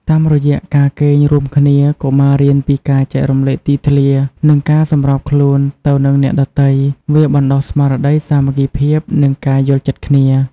តាមរយៈការគេងរួមគ្នា កុមាររៀនពីការចែករំលែកទីធ្លា និងការសម្របខ្លួនទៅនឹងអ្នកដទៃ វាបណ្តុះស្មារតីសាមគ្គីភាព និងការយល់ចិត្តគ្នា។